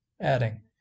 adding